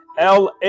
la